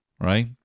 right